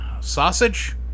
Sausage